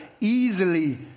easily